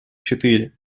четыре